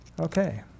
okay